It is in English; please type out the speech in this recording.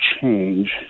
change